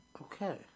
Okay